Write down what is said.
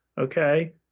okay